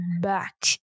back